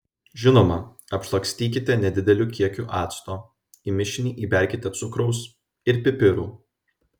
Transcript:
žinoma apšlakstykite nedideliu kiekiu acto į mišinį įberkite cukraus ir pipirų